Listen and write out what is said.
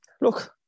look